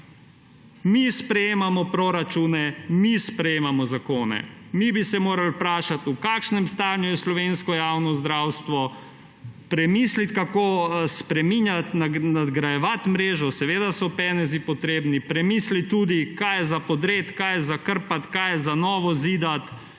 Mi sprejemamo proračune, mi sprejemamo zakone, mi bi se morali vprašati, v kakšnem stanju je slovensko javno zdravstvo, premisliti, kako spreminjati, nadgrajevati mrežo. Seveda so penezi potrebni. Premisliti tudi, kaj je za podreti, kaj je za krpati, kaj je za na novo zidati.